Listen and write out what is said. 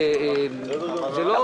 בסדר.